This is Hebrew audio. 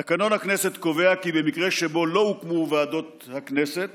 תקנון הכנסת קובע כי במקרה שבו לא הוקמו ועדות הכנסת